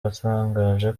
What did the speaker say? batangaje